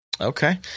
Okay